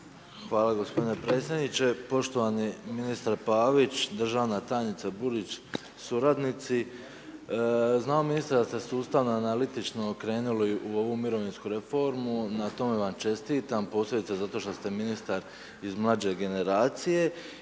Hvala g. predsjedniče, poštovani ministre Pavić, državna tajnice Burić, suradnici, znam ministre da ste sustavno analitično okrenuli u ovu mirovinsku reformu, na tome vam čestitam, posebno zato što ste ministar iz mlađe generacije